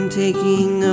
taking